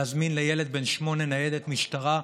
להזמין לילד בן שמונה ניידת משטרה,